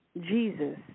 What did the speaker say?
Jesus